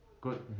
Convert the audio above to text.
good